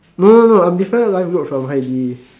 no no no I'm different from Heidi